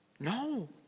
No